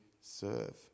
serve